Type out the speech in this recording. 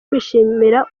kwishimira